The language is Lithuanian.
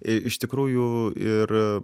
iš tikrųjų ir